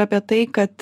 apie tai kad